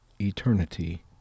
eternity